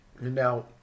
Now